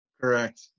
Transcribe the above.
Correct